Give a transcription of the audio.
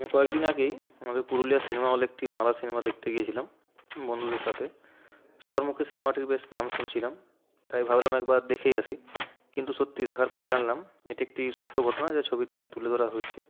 আমি কয়েকদিন আগেই আমাদের পুরুলিয়ার সিনেমা হলে একটি বাংলা সিনেমা দেখতে গিয়েছিলাম বন্ধুদের সাথে সবার মুখে সিনেমাটির বেশ নাম শুনছিলাম তাই ভাবলাম একবার দেখেই আসি কিন্তু সত্যি দেখার পর জানলাম এটি একটি সত্য ঘটনা যা ছবিতে তুলে ধরা হয়েছে